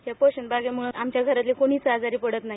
ह्या पोषण बागेमूळे आमच्या घरी कोणीच आजारी पडत नाही